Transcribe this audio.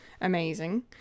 amazing